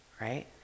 Right